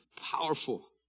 powerful